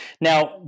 Now